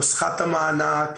נוסחת המענק,